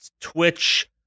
Twitch